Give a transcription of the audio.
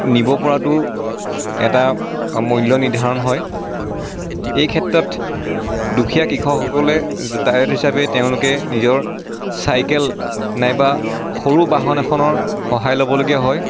নিব পৰাতো এটা মূল্য নিৰ্ধাৰণ হয় এই ক্ষেত্ৰত দুখীয়া কৃষকসকলে যাতায়ত হিচাপে তেওঁলোকে নিজৰ চাইকেল নাইবা সৰু বাহন এখনৰ সহায় ল'বলগীয়া হয়